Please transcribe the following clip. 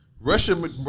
Russia